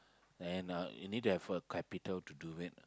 and uh you need to have capital to do it